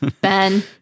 Ben